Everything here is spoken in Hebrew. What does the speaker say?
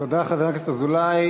תודה, חבר הכנסת אזולאי.